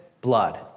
blood